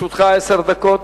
לרשותך עשר דקות.